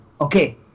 okay